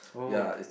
oh